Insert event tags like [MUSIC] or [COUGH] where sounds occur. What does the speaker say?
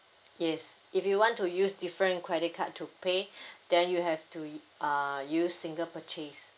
yes if you want to use different credit card to pay [BREATH] then you have to uh use single purchase